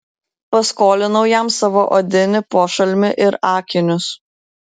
paskolinau jam savo odinį pošalmį ir akinius